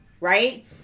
right